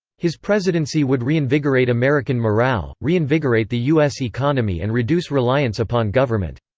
his presidency would reinvigorate american morale, reinvigorate the u s. economy and reduce reliance upon government.